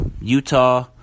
Utah